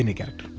and get